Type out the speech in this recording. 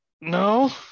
no